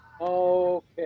Okay